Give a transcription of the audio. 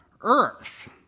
earth